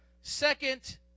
Second